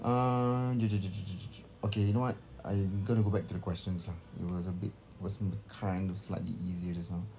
uh okay you know what I'm gonna go back to the questions lah it was a bit it was kind of slightly easier just now